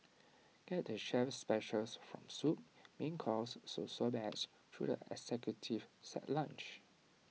get the chef's specials from soup main course to sorbets through the executive set lunch